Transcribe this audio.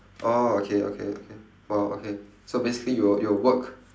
orh okay okay okay !wow! okay so basically you you'll work